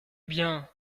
bien